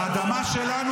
האדמה שלנו,